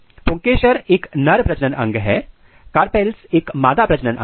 पुंकेसर एक नर प्रजनन अंग है कार्पेल्स एक मादा प्रजनन अंग है